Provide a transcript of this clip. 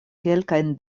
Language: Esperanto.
kelkajn